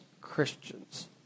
Christians